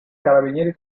carabinieri